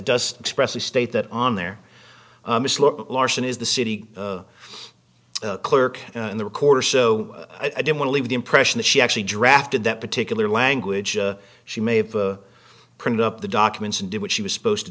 does express the state that on their larsen is the city the clerk in the recorder so i don't want to leave the impression that she actually drafted that particular language she may have printed up the documents and did what she was supposed to